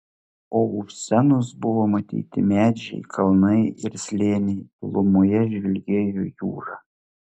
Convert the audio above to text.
o už scenos buvo matyti medžiai kalnai ir slėniai tolumoje žvilgėjo jūra